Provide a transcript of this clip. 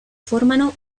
formano